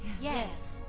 yes.